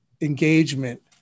engagement